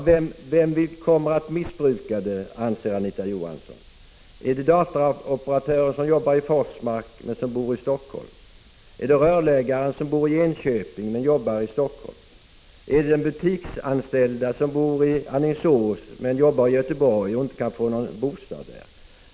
Vem kommer att göra sig skyldig till missbruk, Anita Johansson? Gäller det dataoperatörer som arbetar i Forsmark men som bor i Helsingfors, är det rörläggare som bor i Enköping men som arbetar i Helsingfors, eller är det en butiksanställd som bor i Alingsås men som arbetar i Göteborg utan att kunna få bostad där?